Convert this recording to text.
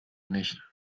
nicht